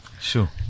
Sure